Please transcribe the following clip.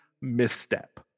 misstep